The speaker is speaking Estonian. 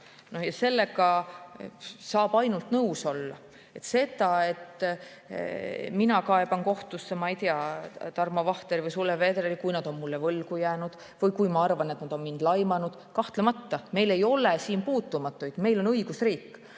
Sellega saab ainult nõus olla. Sellega, et mina kaeban kohtusse, ma ei tea, Tarmo Vahteri või Sulev Vedleri, kui nad on mulle võlgu jäänud või kui ma arvan, et nad on mind laimanud – kahtlemata, meil ei ole puutumatuid, meil on õigusriik.